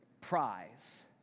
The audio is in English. prize